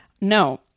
No